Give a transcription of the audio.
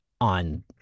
on